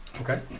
Okay